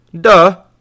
Duh